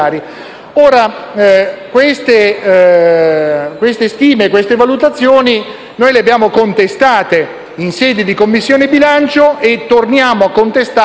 Queste stime e queste valutazioni noi le abbiamo contestate in sede di Commissione bilancio e torniamo a contestarle